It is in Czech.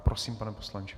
Prosím, pane poslanče.